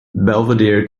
belvidere